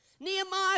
Nehemiah